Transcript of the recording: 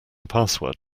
password